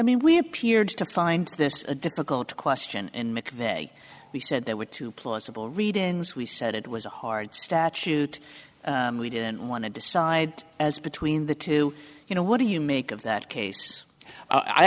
mean we appeared to find this a difficult question in mcveigh we said there were two plausible readings we said it was a hard statute we didn't want to decide as between the two you know what do you make of that case